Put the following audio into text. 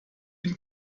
bin